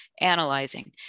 analyzing